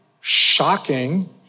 shocking